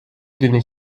دونی